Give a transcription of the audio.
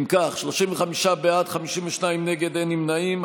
אם כך, 35 בעד, 52 נגד, אין נמנעים.